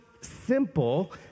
simple